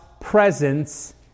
presence